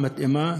המתאימה,